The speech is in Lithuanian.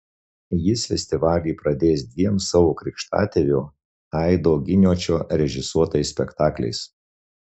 jis festivalį pradės dviem savo krikštatėvio aido giniočio režisuotais spektakliais